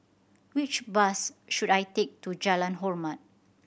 which bus should I take to Jalan Hormat